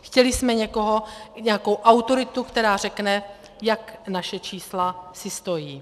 Chtěli jsme někoho, nějakou autoritu, která řekne, jak si naše čísla stojí.